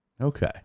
Okay